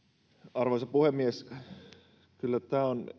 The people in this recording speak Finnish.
arvoisa puhemies kyllä tämä on